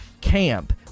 camp